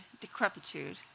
decrepitude